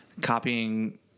copying –